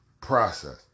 process